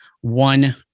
one